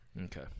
Okay